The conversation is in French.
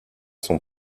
sont